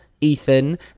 Ethan